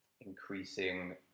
increasing